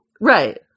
Right